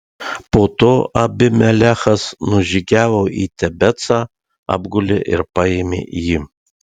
po to abimelechas nužygiavo į tebecą apgulė ir paėmė jį